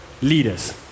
leaders